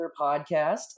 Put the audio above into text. podcast